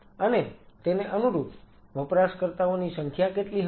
અને તેને અનુરૂપ વપરાશકર્તાઓની સંખ્યા કેટલી હશે